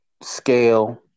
scale